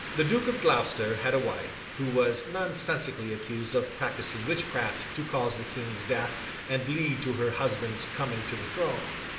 the duke of gloucester had a wife, who was nonsensically accused of practising witchcraft to cause the king's death and lead to her husband's coming to the throne,